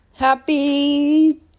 Happy